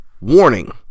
Warning